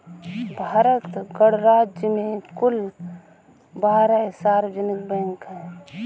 भारत गणराज्य में कुल बारह सार्वजनिक बैंक हैं